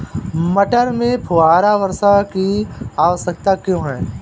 मटर में फुहारा वर्षा की आवश्यकता क्यो है?